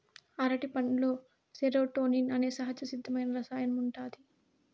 అరటిపండులో సెరోటోనిన్ అనే సహజసిద్ధమైన రసాయనం ఉంటాది